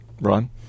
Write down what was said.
Ron